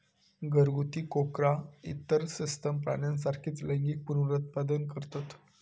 घरगुती कोकरा इतर सस्तन प्राण्यांसारखीच लैंगिक पुनरुत्पादन करतत